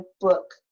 book